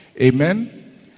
amen